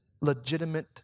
legitimate